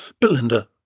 Belinda